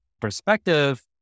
perspective